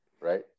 right